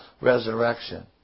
resurrection